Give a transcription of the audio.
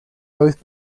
both